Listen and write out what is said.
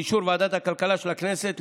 באישור ועדת הכלכלה של הכנסת,